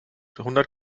hundert